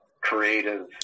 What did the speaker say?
creative